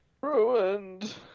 ruined